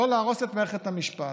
לא להרוס את מערכת המשפט.